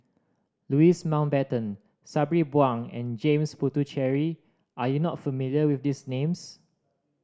Louis Mountbatten Sabri Buang and James Puthucheary are you not familiar with these names